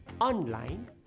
Online